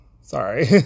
Sorry